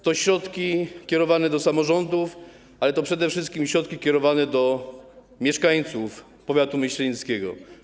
To środki kierowane do samorządów, ale to przede wszystkim środki kierowane do mieszkańców powiatu myślenickiego.